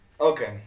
Okay